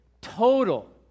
total